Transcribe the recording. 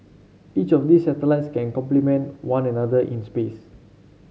each of these satellites can complement one another in space